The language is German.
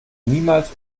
niemals